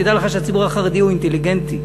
תדע לך שהציבור החרדי הוא אינטליגנטי.